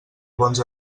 bons